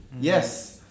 Yes